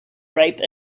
ripe